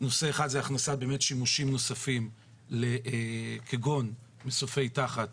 נושא אחד זה הכנסת שימושים נוספים כגון מסופים תחת